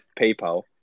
PayPal